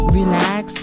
relax